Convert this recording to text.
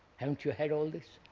haven't you had all this?